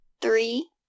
three